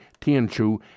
Tianchu